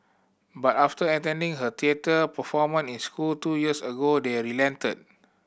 but after attending her theatre performant in school two years ago they relented